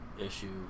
issue